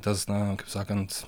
tas na kaip sakant